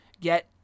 get